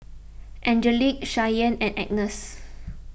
Angelic Shyann and Agness